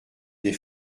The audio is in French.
des